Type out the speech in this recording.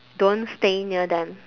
don't stay near them